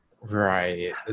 Right